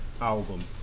album